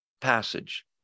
passage